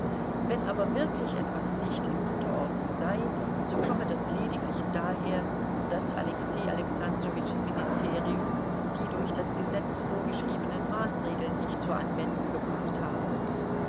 wenn aber wirklich etwas nicht in guter ordnung sei so komme das lediglich daher daß alexei alexandrowitschs ministerium die durch das gesetz vorgeschriebenen maßregeln nicht zur anwendung gebracht habe